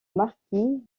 marquis